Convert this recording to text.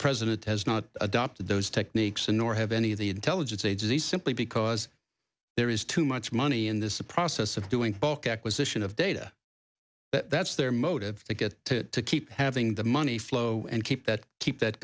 president has not adopted those techniques and nor have any of the intelligence agencies simply because there is too much money in this process of doing bulk acquisition of data but that's their motive to get to keep having the money flow and keep that keep that